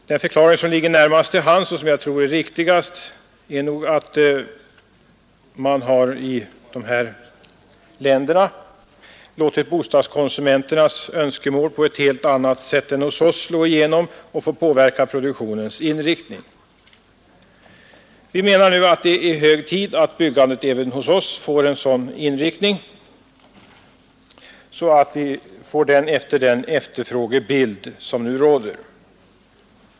Den förklaring som ligger närmast till hands, och som jag tror är riktigast, är att man i de här länderna har låtit bostadskonsumenternas önskemål på ett helt annat sätt än hos oss slå igenom och påverka produktionens inriktning. Vi menar nu att det är hög tid att byggandet även hos oss ges en sådan inriktning att det bättre motsvarar den efterfrågebild som nu råder.